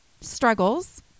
struggles